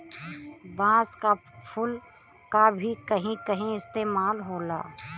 बांस क फुल क भी कहीं कहीं इस्तेमाल होला